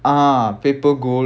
ah paper gold on a thosai